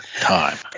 time